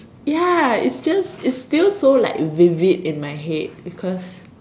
ya it's still it's still so like vivid in my head because